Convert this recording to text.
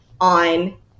on